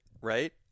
right